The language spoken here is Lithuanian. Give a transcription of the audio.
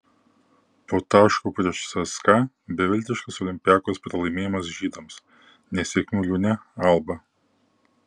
po taško prieš cska beviltiškas olympiakos pralaimėjimas žydams nesėkmių liūne alba